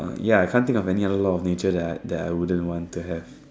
ya I can't think of any other law of nature that I wouldn't want to have